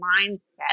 mindset